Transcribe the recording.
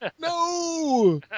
No